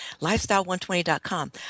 lifestyle120.com